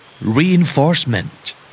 Reinforcement